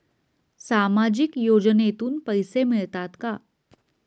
सामाजिक योजनेतून पैसे मिळतात का?